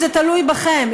זה תלוי בכם,